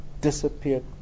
disappeared